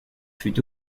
fut